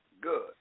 Good